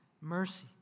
mercy